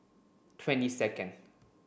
twenty second